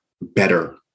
better